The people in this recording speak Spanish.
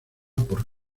por